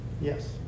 Yes